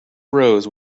rose